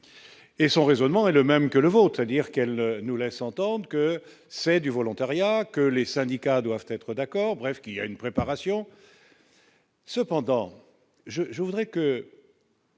et son raisonnement est le même que le vote, c'est-à-dire qu'elle nous laisse entendre que c'est du volontariat, que les syndicats doivent être d'accord, bref qu'il y a une préparation. Cependant je je voudrais que.